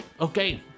Okay